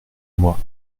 moi